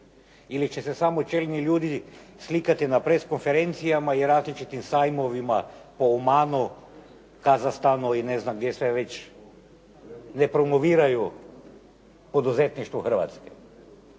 Ili će se samo čelni ljudi slikati na press konferencijama i različitim sajmovima po Omanu, Kazahstanu ili ne znam gdje već ne promoviraju poduzetništvo Hrvatske.